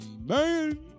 Man